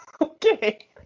okay